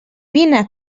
vine